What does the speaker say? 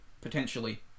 potentially